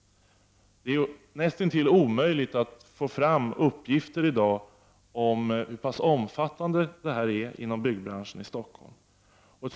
Det är i dag näst intill omöjligt att få fram uppgifter om hur omfattande svartjobben är inom byggbranschen i Stockholm.